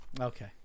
Okay